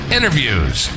Interviews